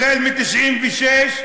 החל מ-1996,